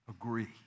agree